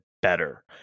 better